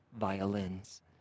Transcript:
violins